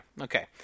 Okay